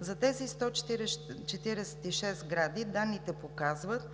За тези 146 сгради данните показват,